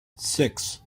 six